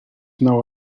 now